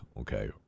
okay